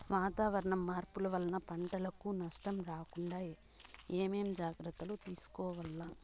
వాతావరణ మార్పులు వలన పంటలకు నష్టం రాకుండా ఏమేం జాగ్రత్తలు తీసుకోవల్ల?